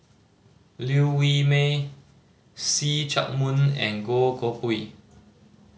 Liew Wee Mee See Chak Mun and Goh Koh Pui